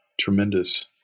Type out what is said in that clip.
tremendous